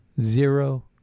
Zero